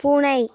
பூனை